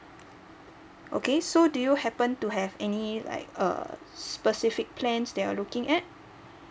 okay so do you happen to have any like err specific plans that you are looking at